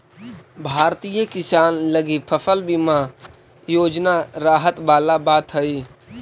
भारतीय किसान लगी फसल बीमा योजना राहत वाला बात हइ